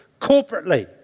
corporately